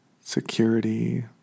security